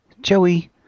Joey